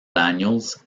daniels